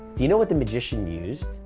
do you know what the magician used?